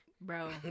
Bro